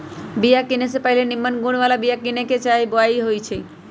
बिया किने से पहिले निम्मन गुण बला बीयाके चयन क के बोआइ होइ छइ